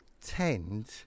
tend